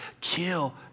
kill